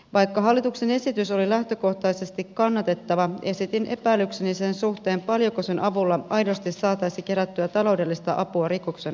vaikka hallituksen esitys oli lähtökohtaisesti kannatettava esitin epäilykseni sen suhteen paljonko sen avulla aidosti saataisiin kerättyä taloudellista apua rikoksen uhreille